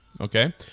Okay